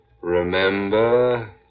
Remember